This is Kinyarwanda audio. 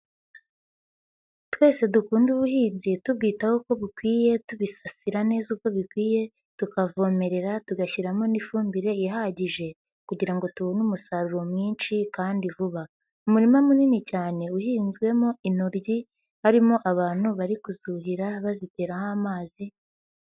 Twese dukunde ubuhinzi tubwitaho uko bukwiye, tubisasira neza uko bikwiye, tukavomerera tugashyiramo n'ifumbire ihagije kugiran ngo tubone umusaruro mwinshi kandi vuba. Umurima munini cyane uhinzwemo intoryi harimo abantu bari kuzuhira baziteraho amazi.